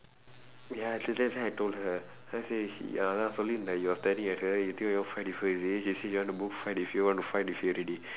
ya today then I told her then I say she ya lah like you're staring at her you think you want to fight with her is it she say you want to fight with you want to fight with you already